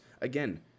again